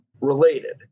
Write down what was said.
related